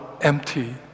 empty